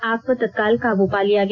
आग पर तत्काल काबू पा लिया गया